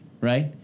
right